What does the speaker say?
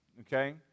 Okay